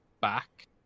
back